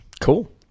cool